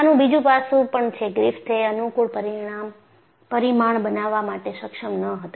આનું બીજું પાસું પણ છે ગ્રિફિથ એ અનુકૂળ પરિમાણ બનાવવા માટે સક્ષમ ન હતા